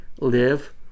live